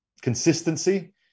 consistency